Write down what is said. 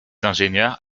ingénieurs